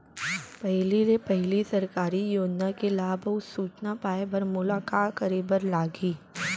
पहिले ले पहिली सरकारी योजना के लाभ अऊ सूचना पाए बर मोला का करे बर लागही?